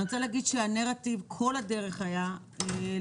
אני רוצה להגיד שהנרטיב כל הדרך היה להסתכל